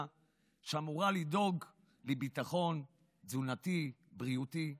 שאמורה לדאוג לביטחון תזונתי-בריאותי לאזרחיה.